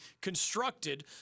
constructed